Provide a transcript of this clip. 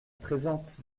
présente